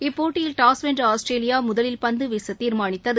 இப்போட்டியில் டாஸ் வென்ற ஆஸ்திரேலியா முதலில் பந்து வீச தீர்மானித்தது